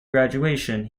graduation